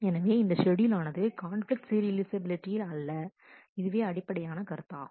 எனவே இந்த ஷெட்யூல் ஆனது கான்பிலிக்ட் சீரியலைஃசபிலிட்டியில் அல்ல இதுவே அடிப்படையான கருத்தாகும்